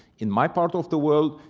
in my part of the world,